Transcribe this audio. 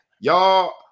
Y'all